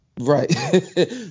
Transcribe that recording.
Right